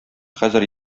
хәзер